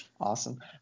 Awesome